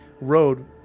road